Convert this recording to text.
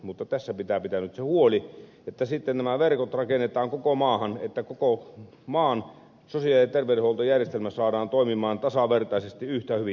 mutta tässä pitää pitää huoli että sitten nämä verkot rakennetaan koko maahan että koko maan sosiaali ja terveydenhuoltojärjestelmä saadaan toimimaan tasavertaisesti yhtä hyvin